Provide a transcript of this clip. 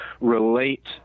relate